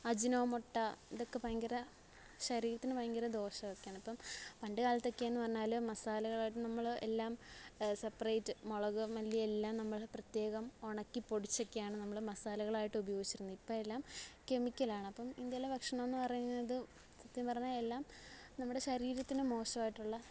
Ajinomoto ഇതൊക്ക ഭയങ്കര ശരീരത്തിന് ഭയങ്കര ദോഷം ഒക്കെയാണ് അപ്പം പണ്ട് കാലത്തൊക്കേന്ന് പറഞ്ഞാൽ മസാലകളായിട്ട് നമ്മൾ എല്ലാം സെപ്പറേറ്റ് മുളക് മല്ലി എല്ലാം നമ്മൾ പ്രത്യേകം ഉണക്കി പൊടിച്ചൊക്കെയാണ് നമ്മൾ മസാലകളായിട്ട് ഉപയോഗിച്ചിരുന്നത് ഇപ്പോൾ എല്ലാം കെമിക്കലാണ് അപ്പം ഇന്ത്യയിലെ ഭക്ഷണമെന്ന് പറയുന്നത് സത്യം പറഞ്ഞാൽ എല്ലാം നമ്മുടെ ശരീരത്തിന് മോശവായിട്ടുള്ള